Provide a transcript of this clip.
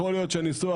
יכול להיות שהניסוח,